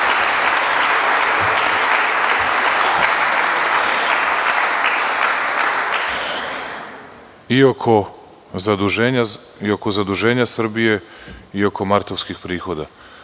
I oko zaduženja Srbije i oko martovskih prihoda.